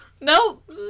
Nope